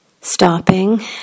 stopping